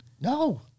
No